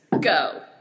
Go